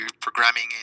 programming